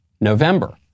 November